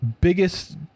biggest